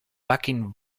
backing